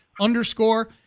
underscore